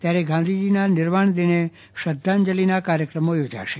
ત્યારે ગાંધીજીના નિર્વાણદિને શ્રધ્ધાંજલિ કાર્યક્રમ યોજાશે